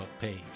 page